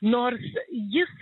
nors jis